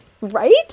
Right